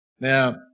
Now